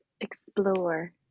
explore